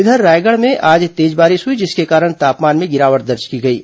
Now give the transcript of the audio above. इधर रायगढ़ में आज तेज बारिश हुई जिसके कारण तापमान में गिरावट दर्ज की गई है